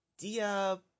Dia